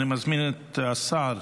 אני מזמין את השר